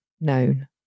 known